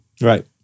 Right